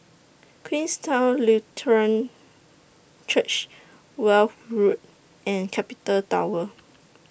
Queenstown Lutheran Church Weld Road and Capital Tower